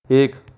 एक